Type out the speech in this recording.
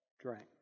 drank